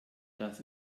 das